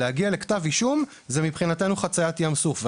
להגיע לכתב אישום זה מבחינתנו חציית ים סוף.